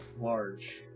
large